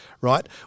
right